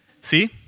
See